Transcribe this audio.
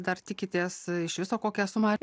dar tikitės iš viso kokią sumą